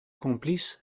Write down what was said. complice